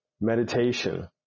meditation